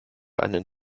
einen